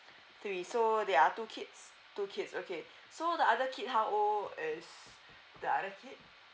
three so there are two kids two kids okay so the other kid how old is the other kid